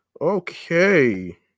Okay